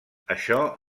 això